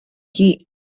qui